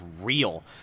real